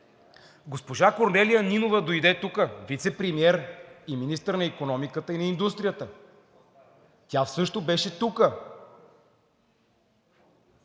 Госпожа Корнелия Нинова дойде тук – вицепремиер и министър на икономиката и индустрията. Тя също беше тук,